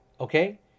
okay